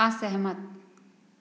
असहमत